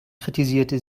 kritisierte